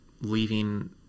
leaving